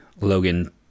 Logan